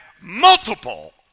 multiple